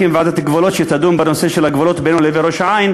ועדת גבולות שתדון בנושא של הגבולות בינינו לבין ראש-העין,